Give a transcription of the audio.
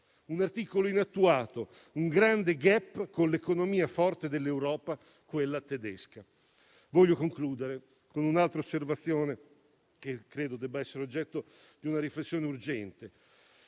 un articolo inattuato, un grande *gap* con l'economia forte dell'Europa, ossia quella tedesca. Voglio concludere con un'altra osservazione che credo debba essere oggetto di una riflessione urgente,